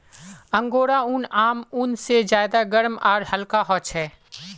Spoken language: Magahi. अंगोरा ऊन आम ऊन से ज्यादा गर्म आर हल्का ह छे